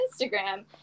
instagram